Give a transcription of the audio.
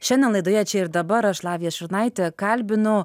šiandien laidoje čia ir dabar aš lavija šurnaitė kalbinu